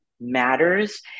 matters